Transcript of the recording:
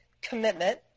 commitment